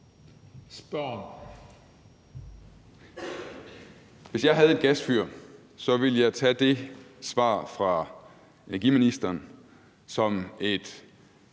(LA): Hvis jeg havde et gasfyr, ville jeg tage det svar fra energiministeren som et